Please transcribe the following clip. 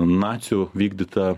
nacių vykdyta